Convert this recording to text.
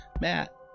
Matt